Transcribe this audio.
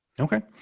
okay.